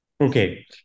Okay